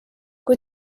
kui